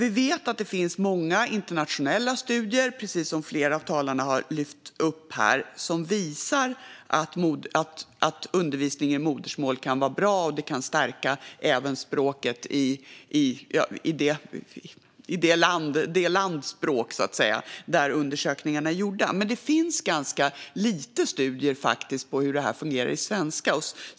Det finns många internationella studier, vilket flera talare lyft fram här i dag, som visar att undervisning i modersmål kan vara bra och stärka kunskaperna i även det språk som talas i landet där undersökningarna är gjorda. Men det finns ganska få studier av hur det fungerar med svenska.